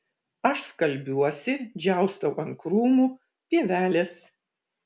aš skalbiuosi džiaustau ant krūmų pievelės